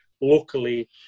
locally